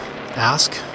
ask